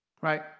Right